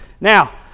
Now